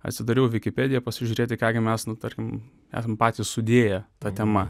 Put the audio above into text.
atsidariau vikipediją pasižiūrėti ką gi mes nu tarkim esam patys sudėję ta tema